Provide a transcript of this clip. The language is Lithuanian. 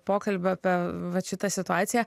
pokalbio apie vat šitą situaciją